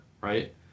right